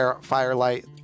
firelight